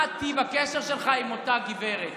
מה טיב הקשר שלך עם אותה גברת?